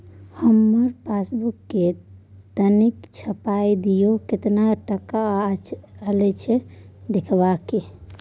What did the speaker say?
हमर पासबुक के तनिक छाय्प दियो, केतना टका अछि देखबाक ये?